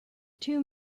two